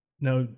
Now